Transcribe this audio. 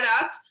up